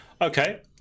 okay